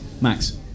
Max